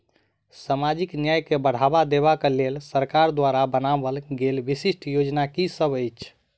सामाजिक न्याय केँ बढ़ाबा देबा केँ लेल सरकार द्वारा बनावल गेल विशिष्ट योजना की सब अछि?